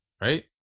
right